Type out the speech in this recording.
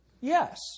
Yes